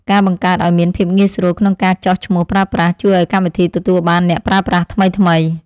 ការបង្កើតឱ្យមានភាពងាយស្រួលក្នុងការចុះឈ្មោះប្រើប្រាស់ ជួយឱ្យកម្មវិធីទទួលបានអ្នកប្រើប្រាស់ថ្មីៗ។